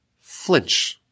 flinch